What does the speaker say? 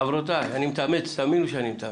חבריי וחברותיי, אני מתאמץ, תאמינו לי שאני מתאמץ.